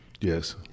Yes